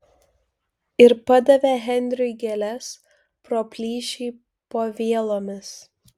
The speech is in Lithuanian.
ir padavė henriui gėles pro plyšį po vielomis